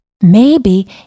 Maybe